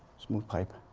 smooth pipe.